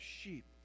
sheep